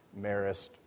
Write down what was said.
Marist